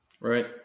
Right